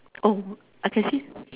oh I can see